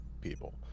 people